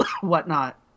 whatnot